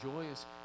joyous